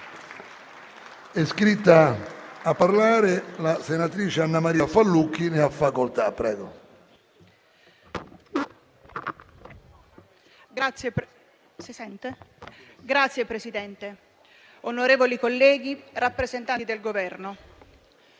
Signor presidente, onorevoli colleghi, rappresentanti del Governo,